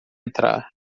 entrar